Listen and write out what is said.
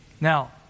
Now